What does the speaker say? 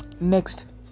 next